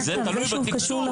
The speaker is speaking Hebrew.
זה תלוי בתקצוב.